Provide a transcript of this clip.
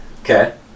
okay